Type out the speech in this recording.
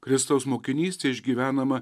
kristaus mokinystė išgyvenama